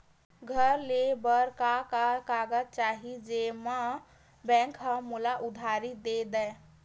घर ले बर का का कागज चाही जेम मा बैंक हा मोला उधारी दे दय?